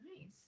Nice